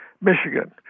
Michigan